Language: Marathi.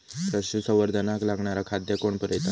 पशुसंवर्धनाक लागणारा खादय कोण पुरयता?